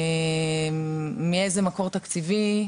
מאיזה מקור תקציבי?